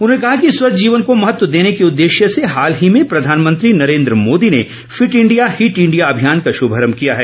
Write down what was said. उन्होंने कहा कि स्वस्थ जीवन को महत्व देने को उद्देश्य से हाल ही में प्रधानमंत्री नरेन्द्र मोदी ने फिट इंडिया हिट इंडिया अभियान का शुभारम्भ किया है